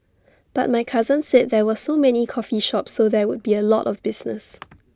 but my cousin said there were so many coffee shops so there would be A lot of business